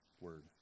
Word